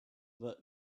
the